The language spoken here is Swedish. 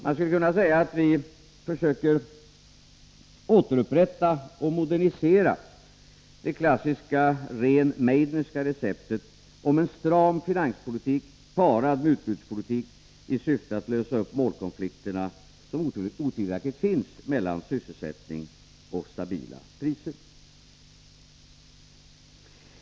Man kan säga att vi försöker återupprätta och modernisera det klassiska Rehn-Meidnerska receptet om en stram finanspolitik parad med utbudspolitik i syfte att lösa upp de målkonflikter som otvivelaktigt finns mellan sysselsättning och stabila priser.